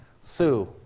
Sue